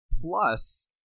Plus